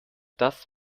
das